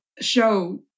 show